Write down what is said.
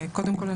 קודם כל,